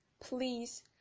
please